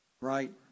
Right